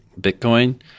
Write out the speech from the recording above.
Bitcoin